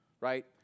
right